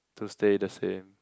to stay the same